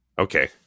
Okay